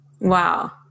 Wow